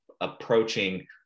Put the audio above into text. approaching